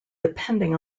depending